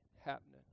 happening